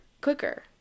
Quicker